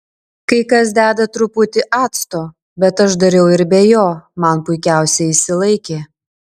kai kas deda truputį acto bet aš dariau ir be jo man puikiausiai išsilaikė